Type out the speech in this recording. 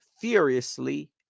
furiously